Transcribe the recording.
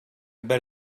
bet